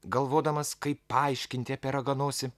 galvodamas kaip paaiškinti apie raganosį